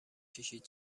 کشید